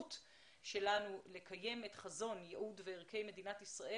ובזכות שלנו לקיים את חזון ייעוד וערכי מדינת ישראל